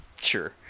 Sure